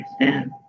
understand